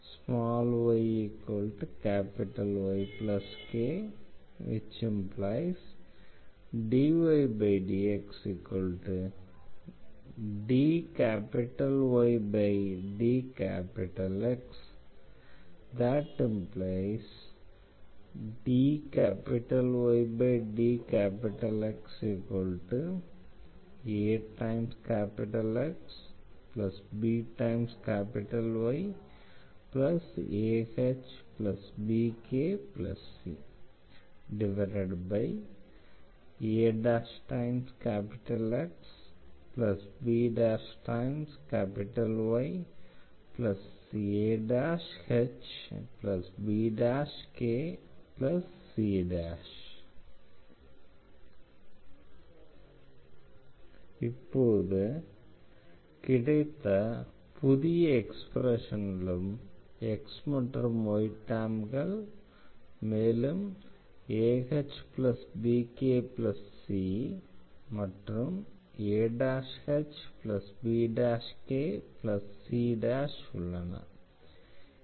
xXh yYk ⟹dydxdYdX ⟹dYdXaXbYahbkcaXbYahbkc இப்போது கிடைத்த புதிய எக்ஸ்பிரஷனிலும் x மற்றும் y டெர்ம்கள் மேலும் ahbkc மற்றும் ahbkc உள்ளன